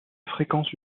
fréquence